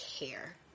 care